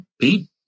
Pete